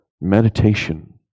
meditation